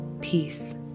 Peace